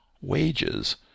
wages